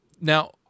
Now